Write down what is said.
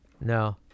No